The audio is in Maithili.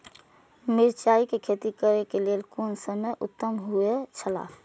मिरचाई के खेती करे के लेल कोन समय उत्तम हुए छला?